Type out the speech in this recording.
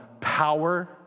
power